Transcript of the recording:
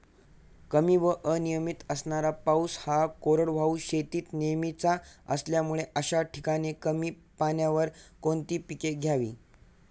कमी व अनियमित पडणारा पाऊस हा कोरडवाहू शेतीत नेहमीचा असल्यामुळे अशा ठिकाणी कमी पाण्यावर कोणती पिके घ्यावी?